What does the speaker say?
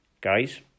guys